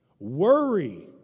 worry